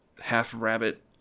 half-rabbit